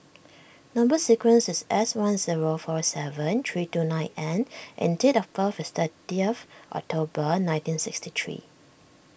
Number Sequence is S one zero four seven three two nine N and date of birth is thirtieth October nineteen sixty three